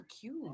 cute